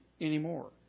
anymore